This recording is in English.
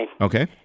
Okay